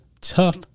tough